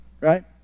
Right